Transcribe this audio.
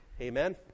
Amen